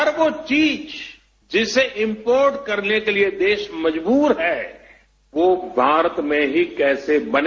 हर वो चीज जिसे इंपोर्ट करने के लिए देश मजबूर है वो भारत में ही कैसे बने